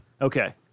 Okay